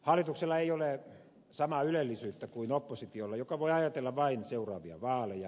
hallituksella ei ole samaa ylellisyyttä kuin oppositiolla joka voi ajatella vain seuraavia vaaleja